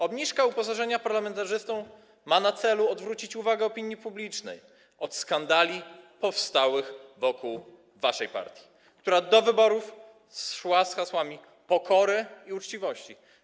Obniżka uposażenia parlamentarzystów ma na celu odwrócić uwagę opinii publicznej od skandali powstałych wokół waszej partii, która do wyborów szła z hasłami pokory i uczciwości.